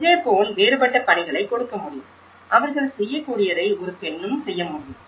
இதேபோல் வேறுபட்ட பணிகளைக் கொடுக்க முடியும் அவர்கள் செய்யக்கூடியதை ஒரு பெண்ணும் செய்யமுடியும்